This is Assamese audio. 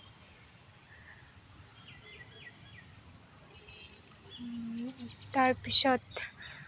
তাৰপিছত